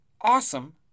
awesome